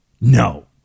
No